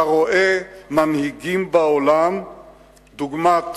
אתה רואה מנהיגים בעולם דוגמת